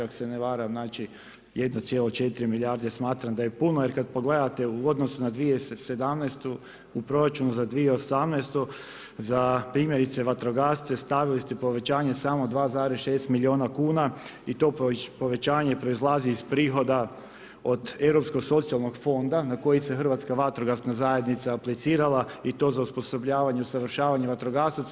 Ako se ne varam, znači 1,4 milijarde smatram da je puno, jer kad pogledate u odnosu na 2017. u proračunu za 2018. za primjerice vatrogasce stavili ste povećanje samo 2,6 milijuna kuna i to povećanje proizlazi iz prihoda od Europskog socijalnog fonda na koji se Hrvatska vatrogasna zajednica aplicirala i to za osposobljavanje, usavršavanje vatrogasaca.